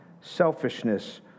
selfishness